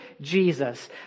Jesus